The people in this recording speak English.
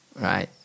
right